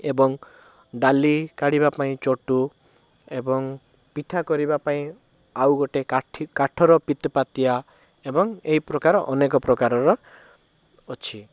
ଏବଂ ଡାଲି କାଢ଼ିବା ପାଇଁ ଚଟୁ ଏବଂ ପିଠା କରିବା ପାଇଁ ଆଉ ଗୋଟେ କାଠି କାଠର ପିଠାପତିଆ ଏବଂ ଏହି ପ୍ରକାରର ଅନେକ ପ୍ରକାରର ଅଛି